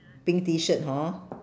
pink T-shirt hor